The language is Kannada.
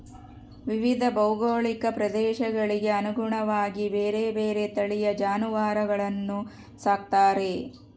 ವಿವಿಧ ಭೌಗೋಳಿಕ ಪ್ರದೇಶಗಳಿಗೆ ಅನುಗುಣವಾಗಿ ಬೇರೆ ಬೇರೆ ತಳಿಯ ಜಾನುವಾರುಗಳನ್ನು ಸಾಕ್ತಾರೆ